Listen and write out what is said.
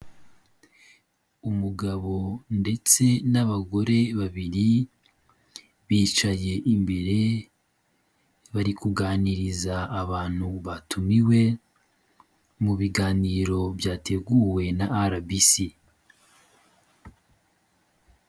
Umugabo ndetse n'abagore babiri bicaye imbere, bari kuganiriza abantu batumiwe mu biganiro byateguwe na RBC.